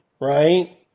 right